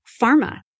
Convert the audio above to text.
pharma